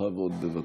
בכבוד, בבקשה.